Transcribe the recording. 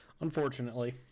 unfortunately